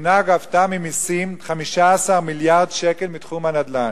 המדינה גבתה במסים 15 מיליארד שקל מתחום הנדל"ן,